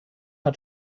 hat